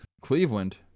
Cleveland